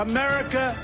America